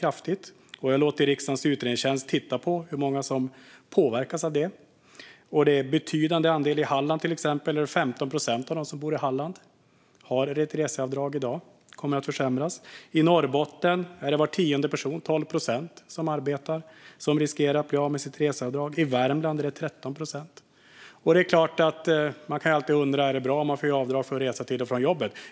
Jag har låtit riksdagens utredningstjänst titta på hur många som påverkas av det. Det är en betydande andel. Av dem som bor i Halland har 15 procent reseavdrag i dag, och det kommer alltså att försämras. I Norrbotten är det mer än var tionde arbetande person, 12 procent, som riskerar att bli av med sitt reseavdrag. I Värmland är det 13 procent. Det är klart att man alltid kan undra om det är bra att människor får avdrag för resor till och från jobbet.